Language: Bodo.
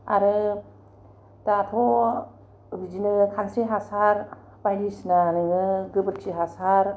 आरो दाथ' बिदिनो खानस्रि हासार बायदिसिना नोङो गोबोरखि हासार